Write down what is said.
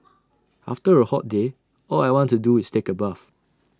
after A hot day all I want to do is take A bath